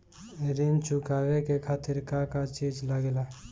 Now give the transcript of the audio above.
ऋण चुकावे के खातिर का का चिज लागेला?